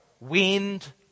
wind